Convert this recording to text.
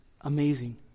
amazing